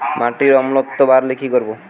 মাটিতে অম্লত্ব বাড়লে কি করব?